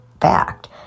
fact